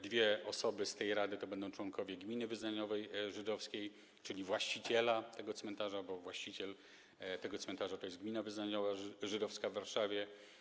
Dwie osoby z tej rady to będą członkowie Gminy Wyznaniowej Żydowskiej, czyli właściciela tego cmentarza, bo właścicielem tego cmentarza jest Gmina Wyznaniowa Żydowska w Warszawie.